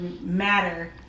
matter